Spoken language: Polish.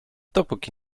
dopóki